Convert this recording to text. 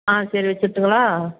ஆ சரி வச்சுட்டுங்களா